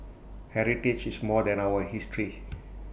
heritage is more than our history